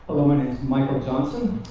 hello. my name is michael johnson.